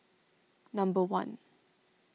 number one